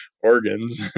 organs